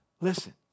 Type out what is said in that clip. listen